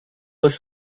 was